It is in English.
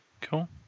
Cool